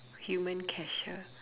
human cashier